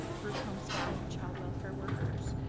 group home staff and child welfare workers.